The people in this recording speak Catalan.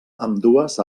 ambdues